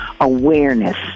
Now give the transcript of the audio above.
awareness